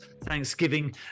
Thanksgiving